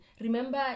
Remember